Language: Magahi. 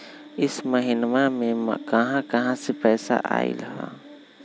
इह महिनमा मे कहा कहा से पैसा आईल ह?